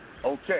Okay